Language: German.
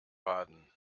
baden